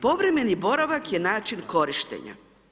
Povremeni boravak je način korištenja.